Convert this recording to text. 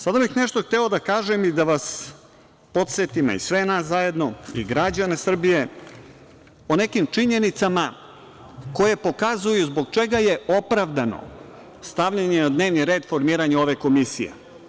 Sada bih hteo nešto da kažem i da vas podsetim, a i sve nas zajedno i građane Srbije o nekim činjenicama koje pokazuju zbog čega je opravdano stavljanje na dnevni red formiranje ove komisije.